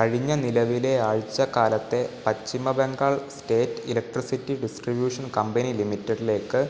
കഴിഞ്ഞ നിലവിലെ ആഴ്ച കാലത്തെ പശ്ചിമ Bengal state electricity distribution company ലിമിറ്റഡിലേക്ക്